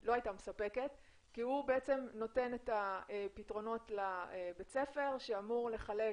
לא הייתה מספקת כי הוא נותן את הפתרונות לבית הספר שאמור לחלק